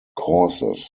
courses